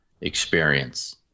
experience